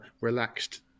relaxed